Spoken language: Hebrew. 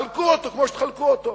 חלקו אותו כמו שתחלקו אותו.